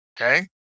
Okay